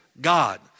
God